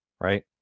right